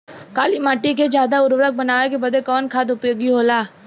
काली माटी के ज्यादा उर्वरक बनावे के बदे कवन खाद उपयोगी होला?